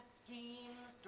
schemes